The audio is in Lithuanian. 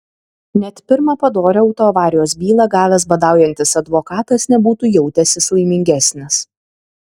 net pirmą padorią autoavarijos bylą gavęs badaujantis advokatas nebūtų jautęsis laimingesnis